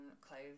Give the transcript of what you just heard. clothes